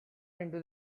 into